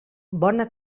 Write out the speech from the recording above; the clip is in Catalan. bona